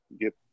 get